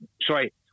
Sorry